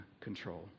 control